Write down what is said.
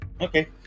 Okay